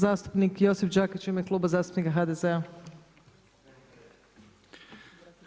Zastupnik Josip Đakić u ime Kluba zastupnika HDZ-a.